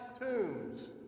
tombs